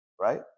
right